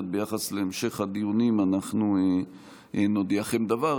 ביחס להמשך הדיונים אנחנו נודיעכם דבר,